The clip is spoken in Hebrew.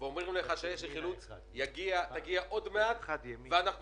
ואומרים לך שאש החילוץ תגיע עוד מעט ואנחנו